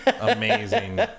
Amazing